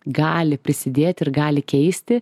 gali prisidėt ir gali keisti